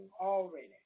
already